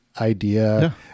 idea